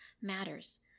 matters